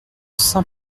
saint